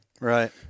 right